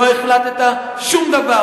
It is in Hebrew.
לא החלטת שום דבר.